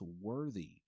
worthy